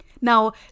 Now